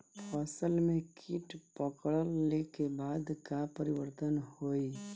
फसल में कीट पकड़ ले के बाद का परिवर्तन होई?